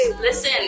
Listen